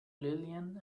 lillian